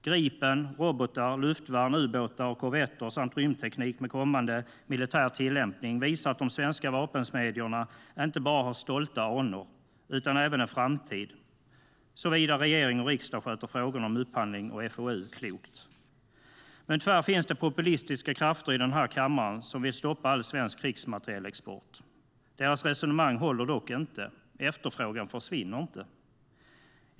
Gripen, robotar, luftvärn, ubåtar och korvetter samt rymdteknik med kommande militär tillämpning visar att de svenska vapensmedjorna inte bara har stolta anor utan även en framtid, såvida regering och riksdag sköter frågor om upphandling och FoU klokt. Men tyvärr finns det populistiska krafter i denna kammare som vill stoppa all svensk krigsmaterielexport. Deras resonemang håller dock inte. Efterfrågan försvinner inte.